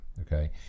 okay